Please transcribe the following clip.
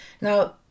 Now